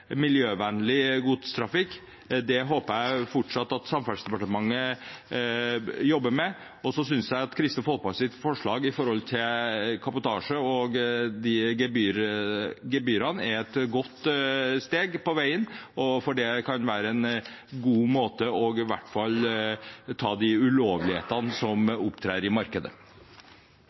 miljøvennlig godstrafikk. Det håper jeg fortsatt at Samferdselsdepartementet jobber med. Så synes jeg at Kristelig Folkepartis forslag om kabotasje og de gebyrene er et godt steg på veien, for det kan være en god måte å ta i hvert fall de ulovlighetene som opptrer i markedet,